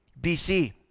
BC